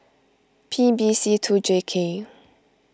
P B C two J K